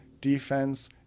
defense